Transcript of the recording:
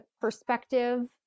perspective